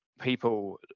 people